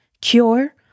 cure